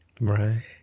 Right